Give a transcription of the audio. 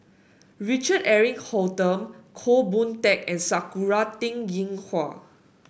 Richard Eric Holttum Goh Boon Teck and Sakura Teng Ying Hua